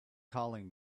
calling